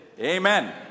Amen